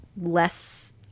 less